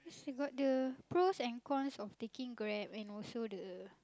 she got the pros and cons of taking grab and also the